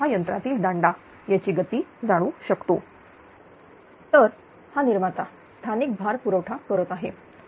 हा यंत्रातील दांडा याची गती जाणू शकतो तर हा निर्माता स्थानिक भार पुरवठा करत आहे